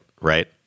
right